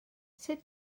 sut